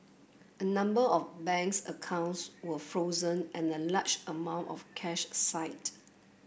a number of banks accounts were frozen and a large amount of cash side